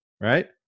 right